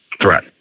threat